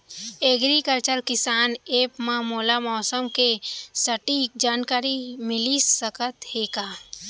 Agriculture किसान app मा मोला मौसम के सटीक जानकारी मिलिस सकत हे का?